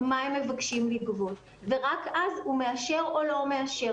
המפקח מסתכל מה הם מבקשים לגבות ורק אז הוא מאשר או לא מאשר.